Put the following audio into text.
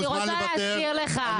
אני רוצה להסביר לך,